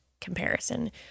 comparison